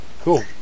cool